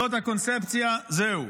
זאת הקונספציה, זהו.